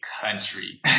country